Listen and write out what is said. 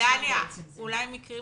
אבל מה עם מקרים